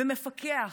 מפקח,